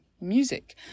music